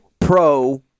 pro